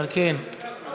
אנחנו